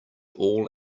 all